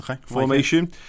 formation